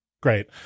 Great